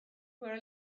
were